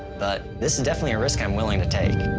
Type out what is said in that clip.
but this is definitely a risk i'm willing to take.